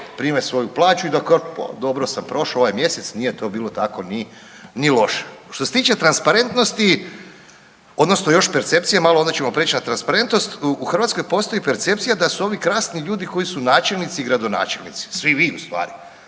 prime svoju plaću i da kažu pa dobro sam prošao ovaj mjesec nije to bilo tako ni, ni loše. Što se tiče transparentnosti odnosno još percepcije malo, onda ćemo preći na transparentnost. U Hrvatskoj postoji percepcija da su ovi krasni ljudi koji su načelnici i gradonačelnici, svi vi u stvari,